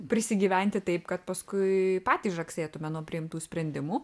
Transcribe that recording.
prisigyventi taip kad paskui patys žagsėtume nuo priimtų sprendimų